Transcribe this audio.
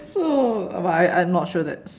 so but I I I'm not sure that's